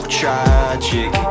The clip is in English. tragic